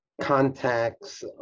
contacts